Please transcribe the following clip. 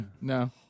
no